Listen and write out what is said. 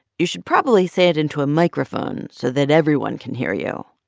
you should probably say it into a microphone so that everyone can hear you.